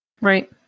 Right